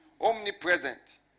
omnipresent